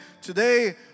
today